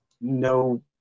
no